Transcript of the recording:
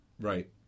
Right